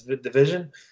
division